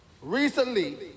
Recently